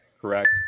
Correct